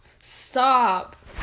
Stop